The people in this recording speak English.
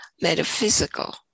metaphysical